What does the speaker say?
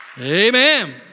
Amen